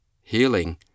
healing